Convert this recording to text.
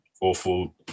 awful